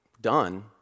done